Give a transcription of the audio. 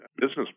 business